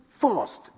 first